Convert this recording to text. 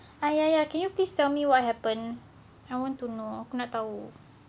ah ya ya can you please tell me what happened I want to know nak tahu